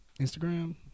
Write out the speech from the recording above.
Instagram